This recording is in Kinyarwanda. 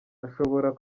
ashobora